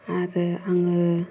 आरो आङो